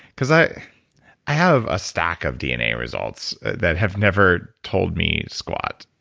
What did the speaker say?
because i i have a stack of dna results that have never told me squat.